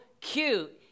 cute